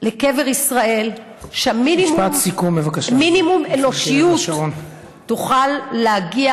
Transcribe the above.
לקבר ישראל, שמינימום אנושיות,